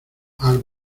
has